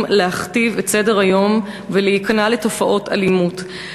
להכתיב את סדר-היום ולהיכנע לתופעות אלימות.